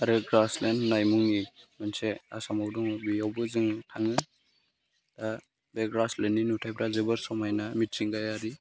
आरो ग्रासलेण्ड होननाय मुंनि मोनसे आसामाव दङ बेयावबो जोङो थाङो दा बे ग्रासलेण्डनि नुथायफ्रा जोबोद समायना मिथिंगायारि